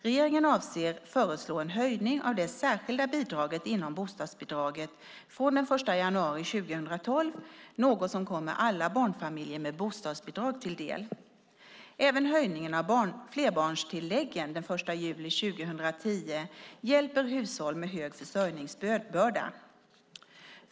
Regeringen avser att föreslå en höjning av det särskilda bidraget inom bostadsbidraget från den 1 januari 2012, något som kommer alla barnfamiljer med bostadsbidrag till del. Även höjningen av flerbarntilläggen den 1 juli 2010 hjälper hushåll med stor försörjningsbörda.